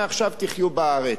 מעכשיו תחיו בארץ.